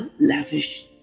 lavish